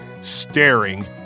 staring